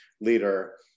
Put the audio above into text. leader